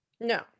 No